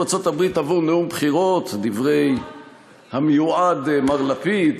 ארצות-הברית עבור נאום בחירות" דברי המיועד מר לפיד,